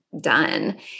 done